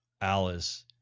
Alice